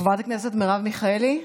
חברת הכנסת מרב מיכאלי.